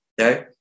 Okay